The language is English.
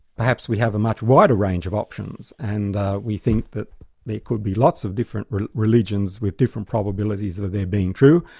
perhaps we have a much wider range of options, and we think that there could be lots of different religions with different probabilities of their being true,